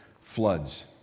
floods